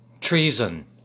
Treason